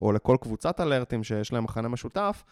או לכל קבוצת אלרטים שיש להם מחנה משותף